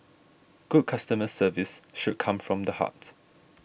good customer service should come from the heart